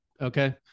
Okay